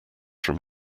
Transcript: from